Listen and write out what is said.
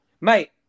Mate